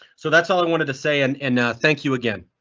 so that's all i wanted to say. and and thank you again.